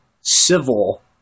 civil